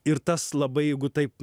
ir tas labai jeigu taip